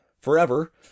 Forever